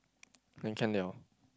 then can [liao]